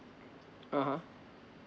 (uh huh)